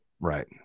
Right